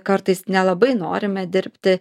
kartais nelabai norime dirbti